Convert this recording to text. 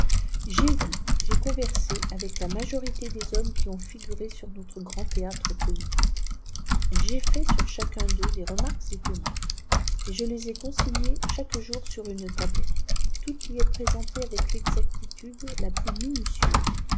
lai vu j'ai conversé avec la mifjorité des hommes qui ont figuré sur notre grand théâtre politique j'ai fait sur chacun r d'eux des remarques étonnantes et je les ai consignées chaque f jour sur une tablette tout y est présenté avec l'exactitude la n plus minutieuse